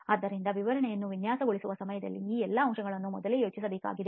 ಆದ್ದರಿಂದ ವಿವರಣೆಯನ್ನು ವಿನ್ಯಾಸಗೊಳಿಸುವ ಸಮಯದಲ್ಲಿ ಆ ಎಲ್ಲಾ ಅಂಶಗಳನ್ನು ಮೊದಲೇ ಯೋಚಿಸಬೇಕಾಗಿದೆ